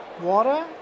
water